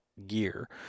gear